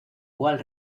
cual